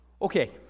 Okay